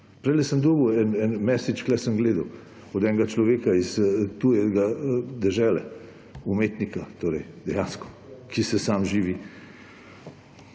Prejle sem dobil tukaj en message, sem gledal, od enega človeka iz tuje dežele, umetnika torej dejansko, ki se sam živi.